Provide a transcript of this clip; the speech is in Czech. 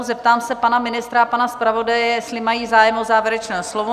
Zeptám se pana ministra a pana zpravodaje, jestli mají zájem o závěrečné slovo?